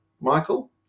Michael